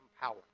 power